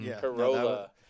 Corolla